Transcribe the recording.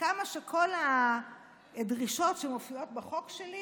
כמה שכל הדרישות שמופיעות בחוק שלי